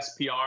SPR